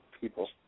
people